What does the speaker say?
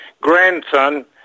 grandson